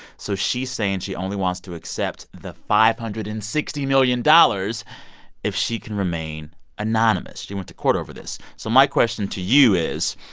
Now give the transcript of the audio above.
so she's saying she only wants to accept the five hundred and sixty million dollars if she can remain anonymous. she went to court over this. so my question to you is,